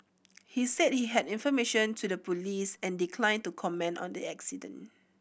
he said he had information to the police and declined to comment on the accident